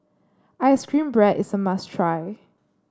ice cream bread is a must try